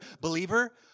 believer